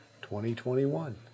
2021